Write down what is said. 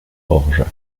orge